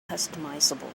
customizable